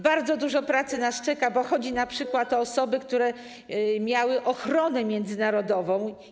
Bardzo dużo pracy nas czeka, bo chodzi np. o osoby, które miały ochronę międzynarodową.